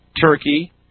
Turkey